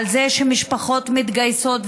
על זה שמשפחות מתגייסות,